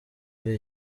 ari